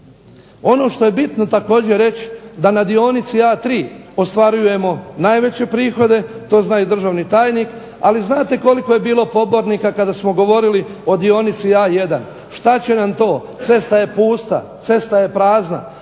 Ono što je bitno također za reći da na dionici A3 ostvarujemo najveće prihode, to zna i državni tajni, ali znate koliko je bilo pobornika kada smo govorili o dionici A1. Što će nam to? Cesta je pusta, cesta je prazna.